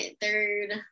third